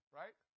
right